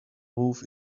ruf